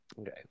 Okay